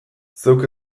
zeuk